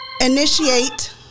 initiate